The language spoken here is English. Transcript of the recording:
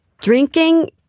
Drinking